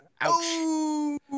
Ouch